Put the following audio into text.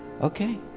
Okay